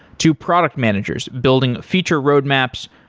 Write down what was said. to product managers building feature roadmaps,